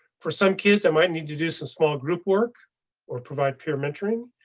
for some kids i might need to do some small group work or provide peer mentoring.